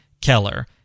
Keller